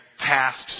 tasks